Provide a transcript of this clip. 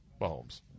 Mahomes